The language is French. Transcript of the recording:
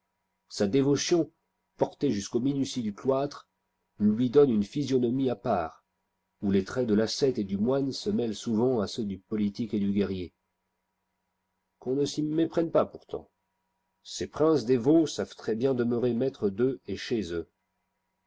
sa dévotion portée jusqu'aux minuties du cloître lui donne une physionomie à part où les traits de l'ascète et du moine se mêlent souvent à ceux du politique et du guerrier qu'on ne s'y méprenne pas pourtant ces princes dévots savent très bien demeurer maîtres d eux et chez eux